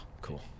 cool